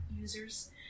users